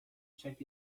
check